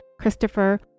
Christopher